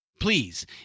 Please